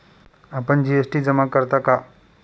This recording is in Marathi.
आपण जी.एस.टी जमा करता का?